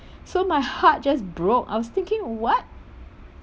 so my heart just broke I was thinking what